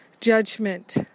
judgment